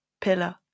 pillar